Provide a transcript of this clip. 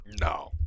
No